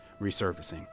resurfacing